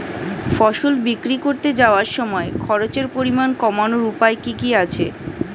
ফসল বিক্রি করতে যাওয়ার সময় খরচের পরিমাণ কমানোর উপায় কি কি আছে?